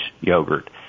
yogurt